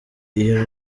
iyo